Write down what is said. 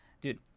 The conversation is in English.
Dude